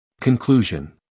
Conclusion